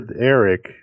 Eric